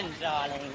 darling